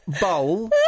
bowl